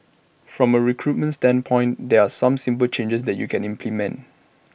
from A recruitment standpoint there are some simple changes that you can implement